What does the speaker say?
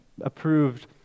approved